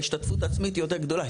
ההשתתפות העצמית היא יותר גדולה.